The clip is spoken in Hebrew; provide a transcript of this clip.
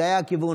זה היה הכיוון.